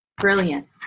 Brilliant